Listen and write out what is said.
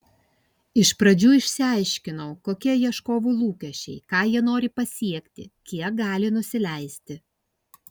iš pradžių išsiaiškinau kokie ieškovų lūkesčiai ką jie nori pasiekti kiek gali nusileisti